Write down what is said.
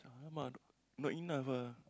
alamak not enough ah